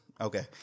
okay